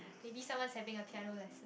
maybe someone's having a piano lesson